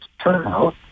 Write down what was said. turnout